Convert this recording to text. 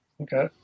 Okay